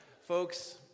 folks